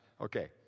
Okay